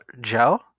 Joe